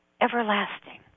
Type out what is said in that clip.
everlasting